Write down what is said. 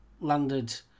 landed